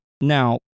Now